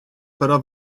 però